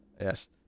Yes